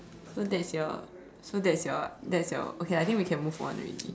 so that's your so that's your that's your okay I think we can move on already